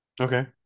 Okay